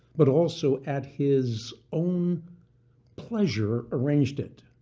but also at his own pleasure arranged it.